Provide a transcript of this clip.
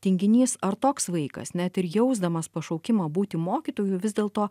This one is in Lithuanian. tinginys ar toks vaikas net ir jausdamas pašaukimą būti mokytoju vis dėlto